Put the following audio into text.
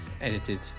edited